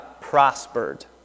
prospered